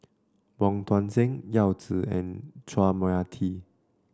Wong Tuang Seng Yao Zi and Chua Mia Tee